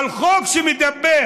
אבל חוק שמדבר